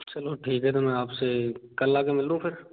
चलो ठीक है तो मैं फिर आपसे कल आके मिलूँ फिर